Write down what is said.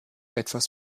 etwas